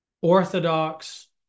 orthodox